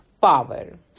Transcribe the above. power